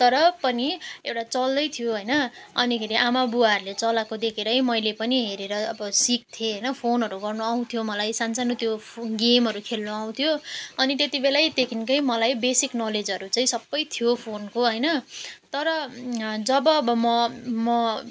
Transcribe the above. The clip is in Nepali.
तर पनि एउटा चल्दै थियो होइन अनिखेरि आमा बुबाहरूले चलाएको देखेर मैले पनि हेरेर अब सिक्थेँ होइन फोनहरू गर्नु आउँथ्यो मलाई सानो सानो त्यो गेमहरू खेल्नु आउँथ्यो अनि त्यति बेलादेखिको मलाई बेसिक नलेजहरू चाहिँ सब थियो फोनको होइन तर जब अब म म